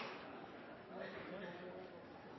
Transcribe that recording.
Ja, jeg